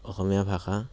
অসমীয়া ভাষা